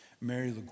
Mary